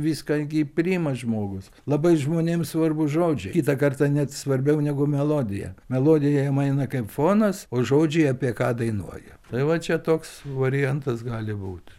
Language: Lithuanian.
viską gi priima žmogus labai žmonėms svarbūs žodžiai kitą kartą net svarbiau negu melodija melodija jiem eina kaip fonas o žodžiai apie ką dainuoja tai va čia toks variantas gali būt